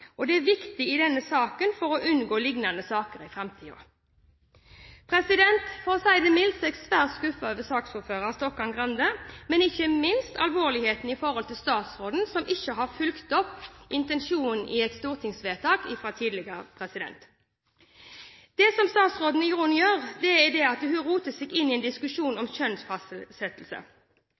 holdninger. Det er viktig i denne saken, og for å unngå lignende saker i fremtiden.» For å si det mildt er jeg svært skuffet over saksordføreren, Stokkan-Grande, men ikke minst over det alvorlige som gjelder statsråden, som ikke har fulgt opp intensjonen i et tidligere stortingsvedtak. Det statsråden i grunnen gjør, er at hun roter seg inn i en diskusjon om